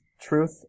truth